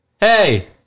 Hey